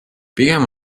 pigem